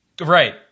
Right